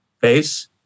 face